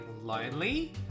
lonely